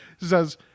says